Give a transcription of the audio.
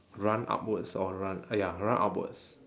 run upwards or run ah ya run upwards